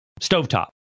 Stovetop